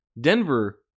Denver